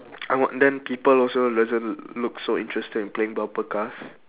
I was then people also doesn't look so interested in playing bumper cars